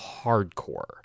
hardcore